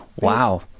Wow